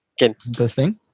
Interesting